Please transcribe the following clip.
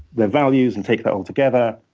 their values and take that all together.